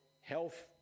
health